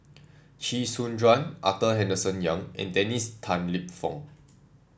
Chee Soon Juan Arthur Henderson Young and Dennis Tan Lip Fong